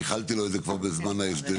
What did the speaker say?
איחלתי לו את זה כבר בזמן ההסדרים,